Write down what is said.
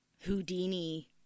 Houdini